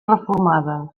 reformades